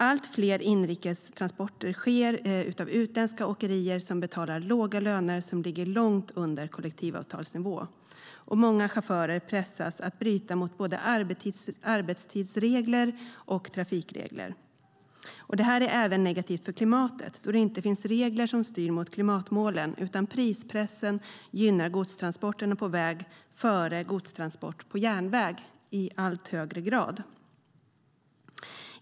Allt fler inrikestransporter sker med utländska åkerier som betalar låga löner långt under kollektivavtalsnivå. Många chaufförer pressas att bryta mot både arbetstidsregler och trafikregler. Detta är även negativt för klimatet, då det inte finns regler som styr mot klimatmålen, utan prispressen gynnar godstransporter på väg före godstransporter på järnväg i allt högre grad.